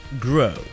grow